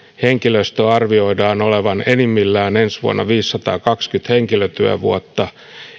henkilöstöä arvioidaan olevan ensi vuonna enimmillään viisisataakaksikymmentä henkilötyövuotta